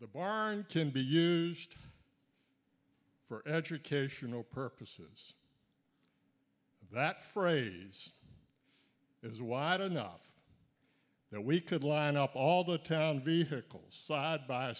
the bar on can be used for educational purposes that phrase is wide enough that we could line up all the town vehicles side by